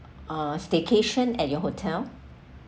a staycation at your hotel